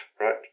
right